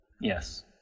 Yes